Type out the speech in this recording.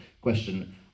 question